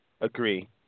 agree